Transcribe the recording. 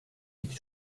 iki